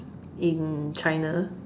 in China